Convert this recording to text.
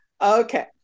Okay